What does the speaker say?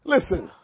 Listen